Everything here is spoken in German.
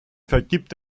vergibt